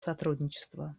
сотрудничества